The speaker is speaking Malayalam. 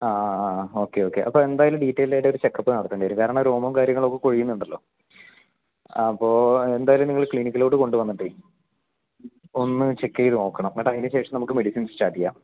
ആ ആ ആ ആ ഓക്കേ ഓക്കേ അപ്പോൾ എന്തായാലും ഡീറ്റെയിൽഡ് ആയിട്ട് ഒരു ചെക്കപ്പ് നടത്തേണ്ടി വരും കാരണം രോമവും കാര്യങ്ങളും ഒക്കെ കൊഴിയുന്നുണ്ടല്ലോ അപ്പോൾ എന്തായാലും നിങ്ങൾ ക്ലിനിക്കിലോട്ട് കൊണ്ടുവന്നിട്ടത് ഒന്ന് ചെക്ക് ചെയ്തു നോക്കണം എന്നിട്ട് അതിനുശേഷം നമുക്ക് മെഡിസിൻ സ്റ്റാർട്ട് ചെയ്യാം